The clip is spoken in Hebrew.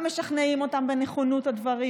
ומשכנעים אותם בנכונות הדברים,